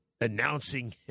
announcing